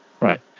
Right